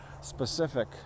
specific